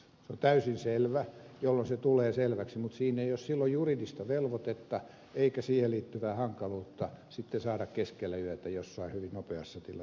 se on täysin selvä jolloin se tulee selväksi mutta siinä ei ole silloin juridista velvoitetta eikä siihen liittyvää hankaluutta saada keskellä yötä jossain hyvin nopeassa tilanteessa kiinni